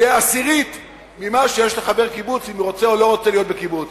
יהיו עשירית ממה שיש לחבר קיבוץ אם הוא רוצה או לא רוצה להיות בקיבוץ.